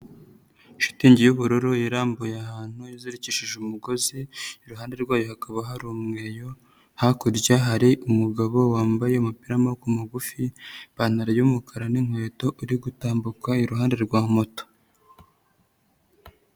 Shitingi y'ubururu irambuye ahantu izirikishije umugozi, iruhande rwayo hakaba hari umweyo, hakurya hari umugabo wambaye umupira w'amaboko magufi, ipantaro y'umukara n'inkweto uri gutambuka iruhande rwa moto.